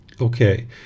Okay